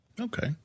Okay